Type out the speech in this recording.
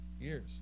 Years